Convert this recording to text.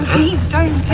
please don't